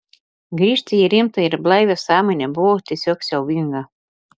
grįžti į rimtą ir blaivią sąmonę buvo tiesiog siaubinga